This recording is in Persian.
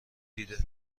دیده